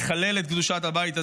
מחלל את קדושת הבית הזה,